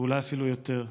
ואולי אפילו יותר: